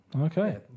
Okay